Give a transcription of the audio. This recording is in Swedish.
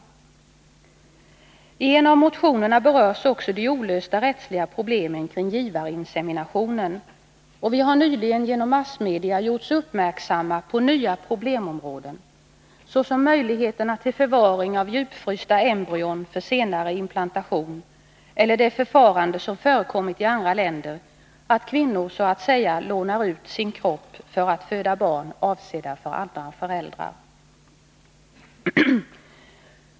I en av motionerna berörs också de olösta rättsliga problemen kring givarinseminationen, och vi har nyligen genom massmedia gjorts uppmärksammade på nya problemområden, såsom möjligheterna till förvaring av djupfrysta embryon för senare inplantation eller det förfarande som förekommit i andra länder, att kvinnor så att säga lånar ut sin kropp för att föda barn avsedda för andra föräldrar.